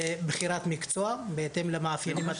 לבחירת מקצוע, בהתאם למאפיינים התעסוקתיים.